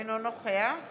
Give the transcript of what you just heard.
אינו נוכח